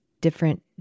different